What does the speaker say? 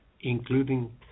including